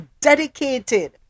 dedicated